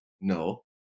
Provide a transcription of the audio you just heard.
no